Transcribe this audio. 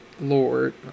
Lord